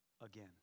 again